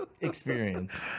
experience